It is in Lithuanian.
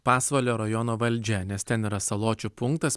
pasvalio rajono valdžia nes ten yra saločių punktas